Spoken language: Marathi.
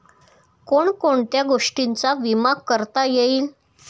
कोण कोणत्या गोष्टींचा विमा करता येईल?